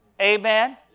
Amen